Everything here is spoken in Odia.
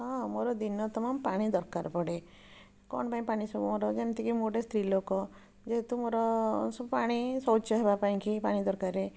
ହଁ ମୋର ଦିନ ତମାମ୍ ପାଣି ଦରକାର ପଡ଼େ କ'ଣ ପାଇଁ ପାଣି ସବୁ ମୋର ଯେମିତି କି ମୁଁ ଗୋଟେ ସ୍ତ୍ରୀ ଲୋକ ଯେହେତୁ ମୋର ସବୁ ପାଣି ଶୌଚ ହେବା ପାଇଁ କି ପାଣି ଦରକାର